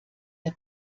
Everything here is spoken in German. der